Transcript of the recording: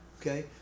okay